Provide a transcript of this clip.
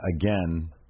again